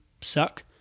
suck